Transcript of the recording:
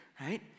right